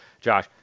Josh